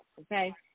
Okay